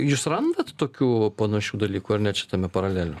jūs randat tokių panašių dalykų ar ne čia tame paralelių